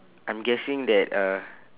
I'm guessing that uh